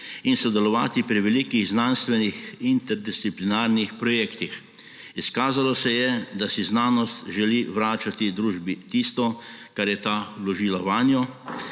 in sodelovati pri velikih znanstvenih interdisciplinarnih projektih. Izkazalo se je, da si znanost želi vračati družbi tisto, kar je ta vložila vanjo,